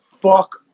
fuck